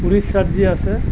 উৰিষ্যাত যে আছে